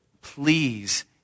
please